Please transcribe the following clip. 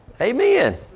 Amen